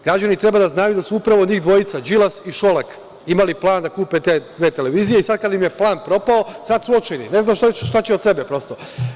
Građani treba da znaju da su upravo njih dvojica, Đilas i Šolak imali plan da kupe te dve televizije i sada kada im je plan propao, sada su očajni, ne znaju šta će od sebe, prosto.